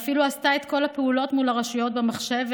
ואפילו עשתה את כל הפעולות מול הרשויות במחשב,